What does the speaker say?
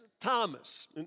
Thomas